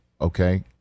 Okay